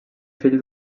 fill